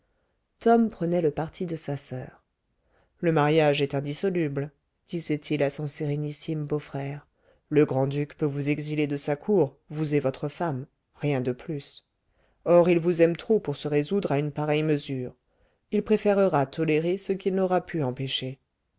tom prenait le parti de sa soeur le mariage est indissoluble disait-il à son sérénissime beau-frère le grand-duc peut vous exiler de sa cour vous et votre femme rien de plus or il vous aime trop pour se résoudre à une pareille mesure il préférera tolérer ce qu'il n'aura pu empêcher